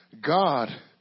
God